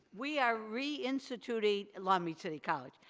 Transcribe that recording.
we are re-instituting, long beach city college,